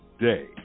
day